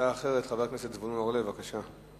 הצעה אחרת לחבר הכנסת זבולון אורלב, בבקשה.